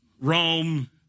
Rome